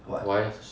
wired so